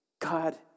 God